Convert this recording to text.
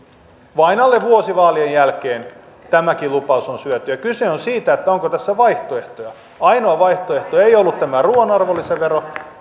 vain alle vuosi vaalien jälkeen tämäkin lupaus on syöty kyse on siitä onko tässä vaihtoehtoja ainoa vaihtoehto ei ollut tämä ruuan arvonlisävero